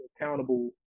accountable